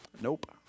Nope